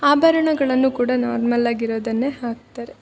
ಆಭರ್ಣಗಳನ್ನು ಕೂಡ ನಾರ್ಮಲ್ ಆಗಿರೋದನ್ನೇ ಹಾಕ್ತಾರೆ